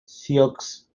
sioux